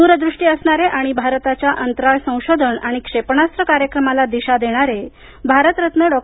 दूरदृष्टी असणारे आणि भारताच्या अंतराळ संशोधन आणि क्षेपणास्त्र कार्यक्रमाला दिशा देणारे आरतरत्न डॉ